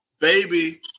baby